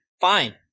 Fine